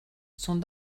sont